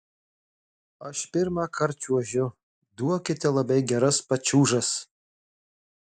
aš pirmąkart čiuošiu duokite labai geras pačiūžas